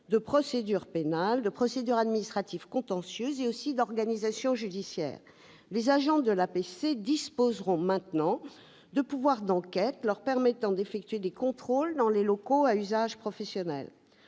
de procédure pénale, de procédure administrative contentieuse et d'organisation judiciaire. Les agents de l'APC disposeront désormais de pouvoirs d'enquête leur permettant d'effectuer des contrôles dans les locaux à usage professionnel.